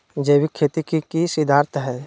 जैविक खेती के की सिद्धांत हैय?